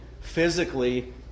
physically